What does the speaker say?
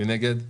מי נגד?